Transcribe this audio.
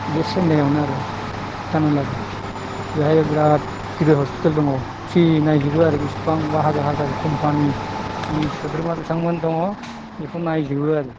बे चेन्नाइयावनो आरो तामिलनाडु बेवहाय बिराद गिदिर हस्पिटाल दङ फ्रि नायजोबो आरो बेसेबांबा हाजार हाजार कम्पानिनि सोद्रोमा जेसेबांमानि दङ बेखौ नायजोबो आरो